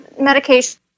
medication